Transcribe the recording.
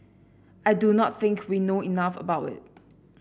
I do not think we know enough about it